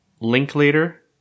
Linklater